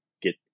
get